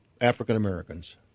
African-Americans